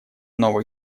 новых